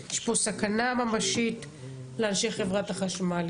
יש פה סכנה ממשית לאנשי חברת החשמל.